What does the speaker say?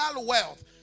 wealth